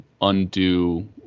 undo